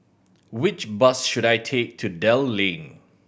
which bus should I take to Dell Lane